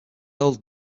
older